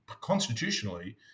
constitutionally